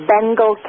Bengal